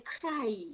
cry